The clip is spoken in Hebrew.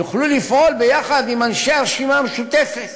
יוכלו לפעול יחד עם אנשי הרשימה המשותפת?